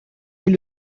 est